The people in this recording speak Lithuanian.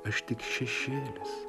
aš tik šešėlis